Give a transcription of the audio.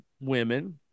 women